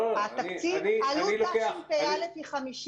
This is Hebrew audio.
עלות תשפ"א היא 50